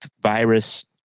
virus